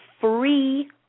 free